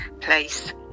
place